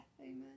Amen